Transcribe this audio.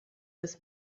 des